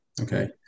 Okay